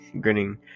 grinning